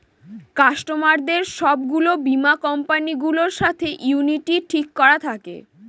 কাস্টমারদের সব গুলো বীমা কোম্পানি গুলোর সাথে ইউনিটি ঠিক করা থাকে